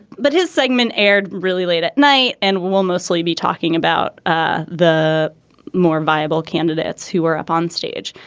but his segment aired really late at night and will mostly be talking about ah the more viable candidates who were up on stage.